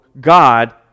God